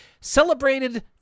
celebrated